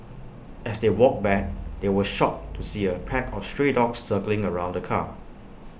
as they walked back they were shocked to see A pack of stray dogs circling around the car